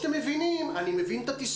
היא האם אתם מחלקים בתוך החינוך המיוחד